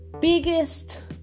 biggest